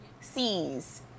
C's